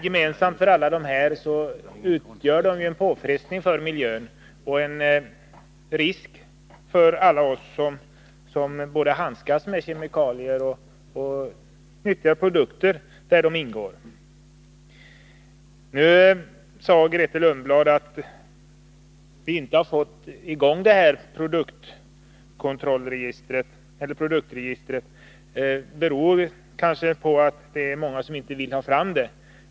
Gemensamt för alla är att de utgör en påfrestning för miljön och en risk för alla oss som både handskas med kemikalier och nyttjar produkter där de ingår. Grethe Lundblad sade att anledningen till att vi inte har fått i gång produktregistret kanske är att många inte vill ha det.